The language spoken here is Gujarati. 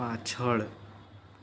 પાછળ